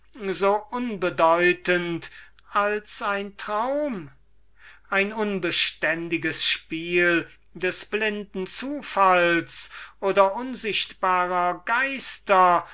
so unbedeutend als ein traum ein unbeständiges spiel des blinden zufalls oder unsichtbarer geister